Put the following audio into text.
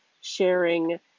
sharing